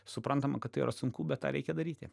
suprantama kad tai yra sunku bet tą reikia daryti